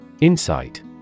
Insight